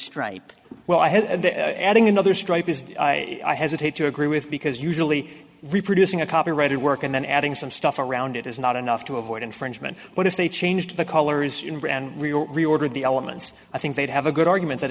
stripe well i have and adding another stripe is i hesitate to agree with because usually reproducing a copyrighted work and then adding some stuff around it is not enough to avoid infringement but if they changed the colors in brand reordered the elements i think they'd have a good argument that